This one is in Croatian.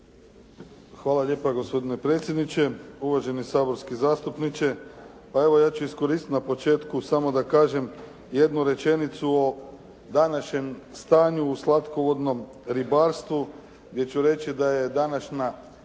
Hvala lijepa gospodine predsjedniče, uvaženi saborski zastupniče. Pa evo, ja ću iskoristiti na početku samo da kažem jednu rečenicu o današnjem stanju u slatkovodnom ribarstvu, gdje ću reći da je današnja